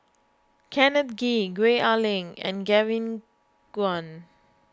Kenneth Kee Gwee Ah Leng and Kevin Kwan